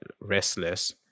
restless